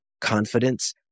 confidence